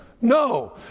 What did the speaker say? No